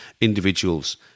individuals